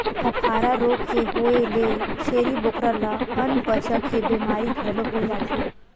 अफारा रोग के होए ले छेरी बोकरा ल अनपचक के बेमारी घलो हो जाथे